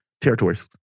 territories